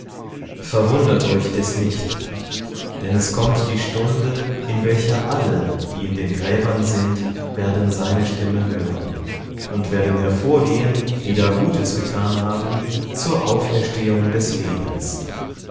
verwundert euch des nicht denn es kommt die stunde in welcher alle die in den gräbern sind werden seine stimme hören und werden hervorgehen die da gutes getan haben zur auferstehung des lebens